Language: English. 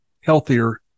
healthier